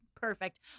Perfect